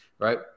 Right